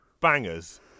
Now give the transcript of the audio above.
bangers